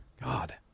God